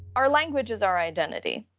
our language is our identity,